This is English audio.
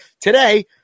today